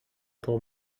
pour